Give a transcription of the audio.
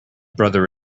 brother